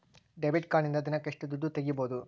Debit ಕಾರ್ಡಿನಿಂದ ದಿನಕ್ಕ ಎಷ್ಟು ದುಡ್ಡು ತಗಿಬಹುದು?